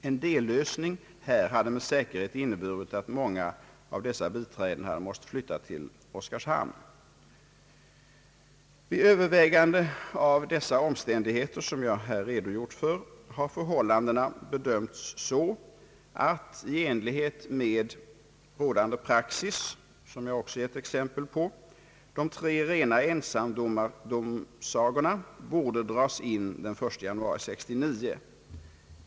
En dellösning här hade med säkerhet inneburit att många av dessa biträden hade måst flytta till Oskarshamn. Vid övervägande av de omständigheter som jag här har redogjort för har förhållandena bedömts så att i enlighet med rådande praxis, som jag också har givit exempel på, de tre rena ensamdomardomsagorna borde dras in den 1 januari 1969.